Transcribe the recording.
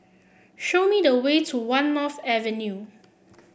show me the way to One North Avenue